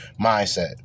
mindset